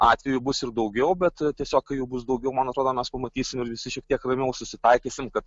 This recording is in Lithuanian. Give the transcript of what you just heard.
atvejų bus ir daugiau bet tiesiog kai jų bus daugiau mano atrodo mes pamatysim ir visi šiek tiek ramiau susitaikysim kad